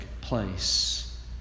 place